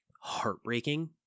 heartbreaking